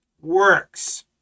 works